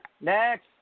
Next